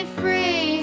free